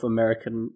American